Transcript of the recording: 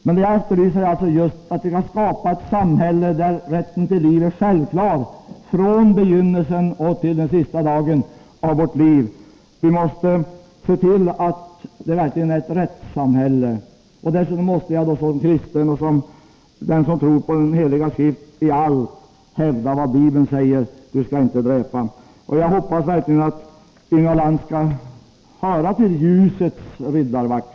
Det jag efterlyser är att vi skall skapa ett samhälle där rätten till liv är självklar, från begynnelsen till den sista dagen av vårt liv. Vi måste se till att vårt samhälle verkligen är ett rättssamhälle. Som kristen och som en som tror på den heliga skrift i allt måste jag hävda vad Bibeln säger: Du skall inte dräpa. Jag hoppas verkligen att Inga Lantz skall höra till ljusets riddarvakt.